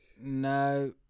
No